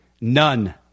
None